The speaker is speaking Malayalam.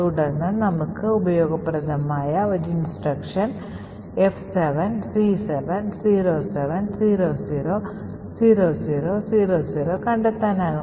തുടർന്ന് നമുക്ക് ഉപയോഗപ്രദമായ ഒരു നിർദ്ദേശം F7 C7 07 00 00 00 കണ്ടെത്താനാകും